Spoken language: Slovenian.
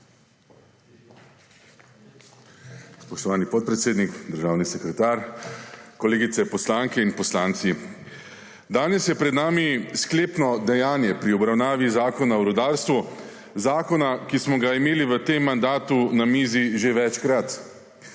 Spoštovani podpredsednik, državni sekretar, kolege poslanke in poslanci! Danes je pred nami sklepno dejanje pri obravnavi Zakona o rudarstvu, zakona, ki smo ga imeli v tem mandatu na mizi že večkrat.